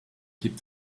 keep